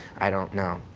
i don't know,